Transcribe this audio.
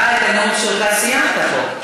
אתה את הנאום שלך סיימת פה.